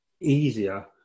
easier